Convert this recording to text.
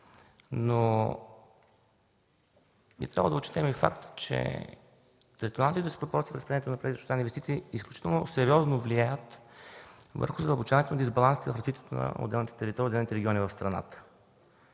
Трябва да отчетем и факта, че териториалните диспропорции при разпределението на тези чуждестранни инвестиции изключително сериозно влияят върху задълбочаването на дисбалансите в развитието на отделните територии и отделните региони в страната.